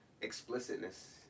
explicitness